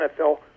NFL